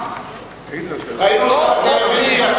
ראינו אותך בטלוויזיה.